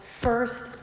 first